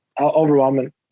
overwhelming